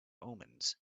omens